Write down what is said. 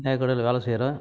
நகைக்கடையில் வேலை செய்கிறேன்